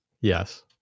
yes